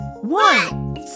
one